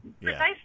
Precisely